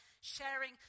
sharing